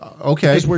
okay